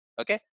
okay